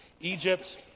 Egypt